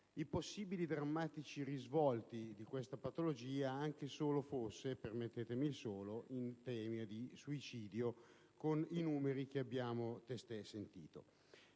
i possibili drammatici risvolti di questa patologia, fosse anche solo - permettetemi, il "solo" - in tema di suicidio, con i numeri che abbiamo appena